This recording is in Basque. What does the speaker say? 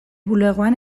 bulegoan